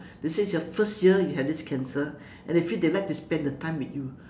they said it's your first year you have this cancer and they feel they would like to spend the time with you